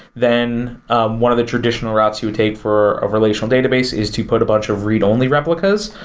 then one of the traditional routes you would take for a relational database is to put a bunch of read only replicas.